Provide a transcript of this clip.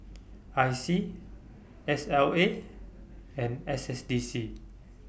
I C S L A and S S D C